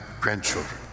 grandchildren